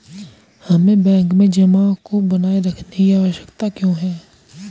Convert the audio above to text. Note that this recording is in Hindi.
हमें बैंक में जमा को बनाए रखने की आवश्यकता क्यों है?